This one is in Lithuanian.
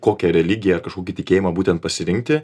kokią religiją kažkokį tikėjimą būtent pasirinkti